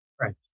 right